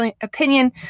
opinion